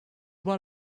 what